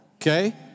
Okay